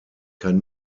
kann